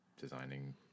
designing